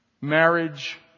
marriage